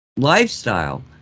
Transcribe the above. lifestyle